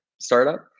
startup